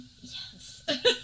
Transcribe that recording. Yes